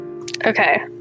Okay